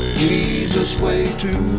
jesus way to